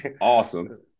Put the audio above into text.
Awesome